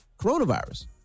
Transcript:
coronavirus